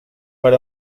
per